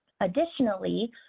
Additionally